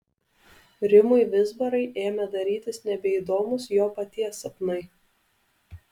rimui vizbarai ėmė darytis nebeįdomūs jo paties sapnai